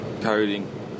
coding